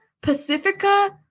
Pacifica